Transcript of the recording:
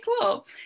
cool